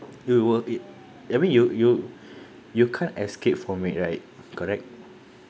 you will it I mean you you you can't escape from it right correct